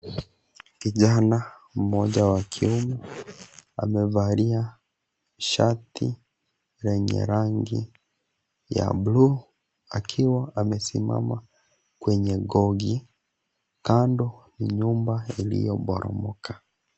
Kijana mmoja wa kiume amevalia shati lenye rangi ya blue akiwa amesimama kwenye gogi kando na nyumba iliyoporomoka.